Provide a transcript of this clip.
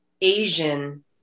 Asian